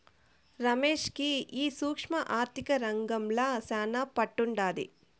రమేష్ కి ఈ సూక్ష్మ ఆర్థిక రంగంల శానా పట్టుండాది